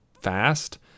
fast